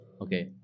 Okay